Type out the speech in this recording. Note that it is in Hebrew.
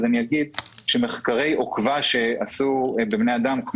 אגיד שמחקרי עוקבה שעשו בבני אדם,